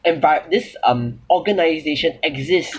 and by this um organization exist